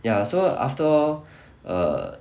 ya so after all err